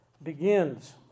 Begins